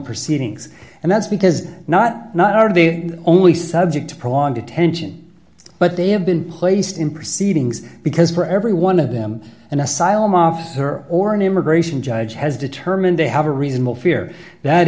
proceedings and that's because not not are they only subject to prolong detention but they have been placed in proceedings because for every one of them an asylum officer or an immigration judge has determined they have a reasonable fear that